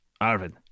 Arvid